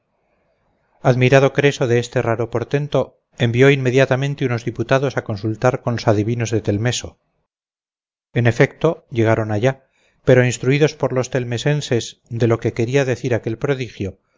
admirado creso de este raro portento envió inmediatamente unos diputados a consultar con los adivinos de telmeso en efecto llegaron allá pero instruidos por los telmesenses de lo que quería decir aquel prodigio